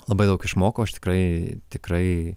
labai daug išmokau aš tikrai tikrai